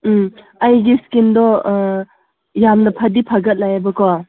ꯎꯝ ꯑꯩꯒꯤ ꯁ꯭ꯀꯤꯟꯗꯣ ꯌꯥꯝꯅ ꯐꯗꯤ ꯐꯒꯠꯂꯦꯕꯀꯣ